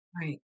Right